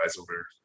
over